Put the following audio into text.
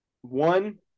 one